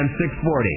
640